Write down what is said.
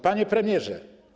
Panie Premierze!